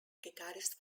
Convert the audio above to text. guitarist